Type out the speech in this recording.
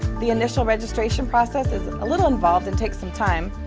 the initial registration process is a little involved and takes some time,